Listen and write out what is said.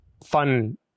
Fun